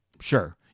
sure